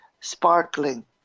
sparkling